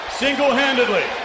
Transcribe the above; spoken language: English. single-handedly